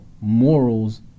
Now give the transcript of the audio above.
morals